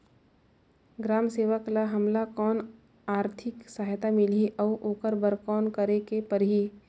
ग्राम सेवक ल हमला कौन आरथिक सहायता मिलही अउ ओकर बर कौन करे के परही?